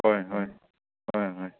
ꯍꯣꯏ ꯍꯣꯏ ꯍꯣꯏ ꯍꯣꯏ